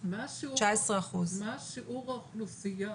19%. מה שיעור האוכלוסייה